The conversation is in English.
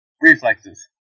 reflexes